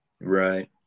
Right